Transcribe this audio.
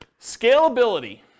Scalability